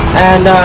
and